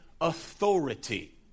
authority